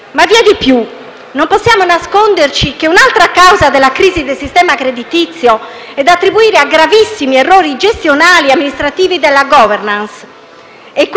Ma vi è di più. Non possiamo nasconderci che un'altra causa della crisi del sistema creditizio è da attribuire a gravissimi errori gestionali e amministrativi della *governance*;